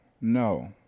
No